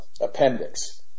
appendix